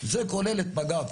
זה כולל את מג"ב.